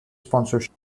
sponsorship